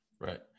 Right